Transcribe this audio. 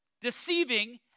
deceiving